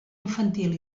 infantil